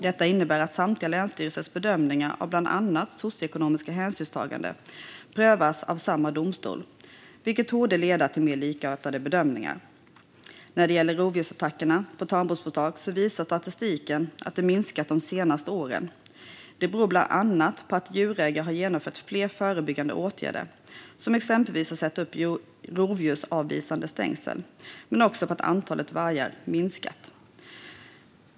Detta innebär att samtliga länsstyrelsers bedömningar av bland annat socioekonomiska hänsynstaganden prövas av samma domstol, vilket torde leda till mer likartade bedömningar. När det gäller rovdjursattackerna på tamboskap visar statistiken att de minskat de senaste åren. Det beror exempelvis på att djurägare har genomfört flera förebyggande åtgärder som att sätta upp rovdjursavvisande stängsel men också på att antalet vargar minskat.